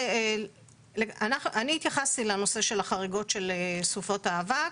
אני התייחסתי לנושא של החריגות של סופות האבק.